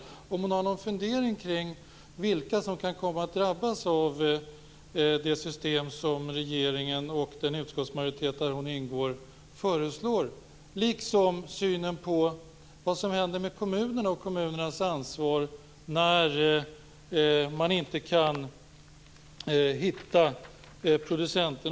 Har Hanna Zetterberg någon fundering kring vilka som kan komma att drabbas av det system som regeringen och den utskottsmajoritet där hon ingår föreslår? Jag undrar också hur hon ser på kommunerna och kommunernas ansvar när man inte kan hitta producenten.